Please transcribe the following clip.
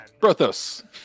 brothos